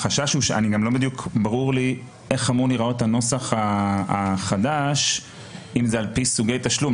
גם לא בדיוק ברור לי איך אמור להיראות הנוסח החדש אם זה לפי סוגי תשלום.